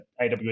AWS